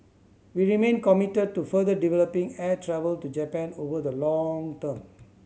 we remain committed to further developing air travel to Japan over the long term